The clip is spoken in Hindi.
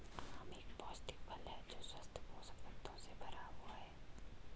आम एक पौष्टिक फल है जो स्वस्थ पोषक तत्वों से भरा हुआ है